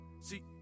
See